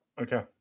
Okay